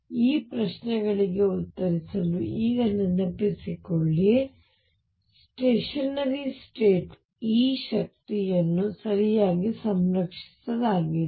ಈ ಪ್ರಶ್ನೆಗಳಿಗೆ ಉತ್ತರಿಸಲು ಈಗ ನೆನಪಿಸಿಕೊಳ್ಳಿ ಸ್ಟೇಶನರಿ ಸ್ಟೇಟ್ E ಶಕ್ತಿಯನ್ನು ಸರಿಯಾಗಿ ಸಂರಕ್ಷಿಸಲಾಗಿದೆ